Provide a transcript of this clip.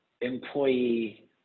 employee